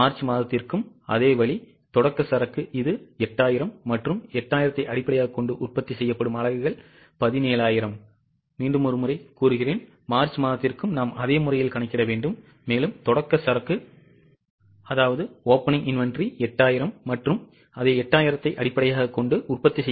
March மாதத்திற்கும் அதே வழி தொடக்க சரக்கு இது 8000 மற்றும் 8000 ஐ அடிப்படையாகக் கொண்டு உற்பத்தி செய்யப்படும் அலகுகள் 17000